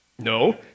No